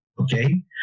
Okay